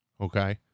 Okay